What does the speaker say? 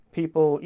people